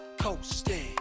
coasting